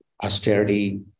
austerity